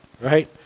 right